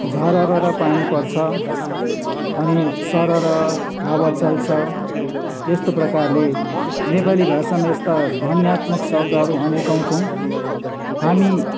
झररर पानी पर्छ अनि सररर हावा चल्छ यस्तो प्रकारले नेपाली भाषामा यस्ता ध्वन्यात्मक शब्दहरू अनेकौँ छौँ हामी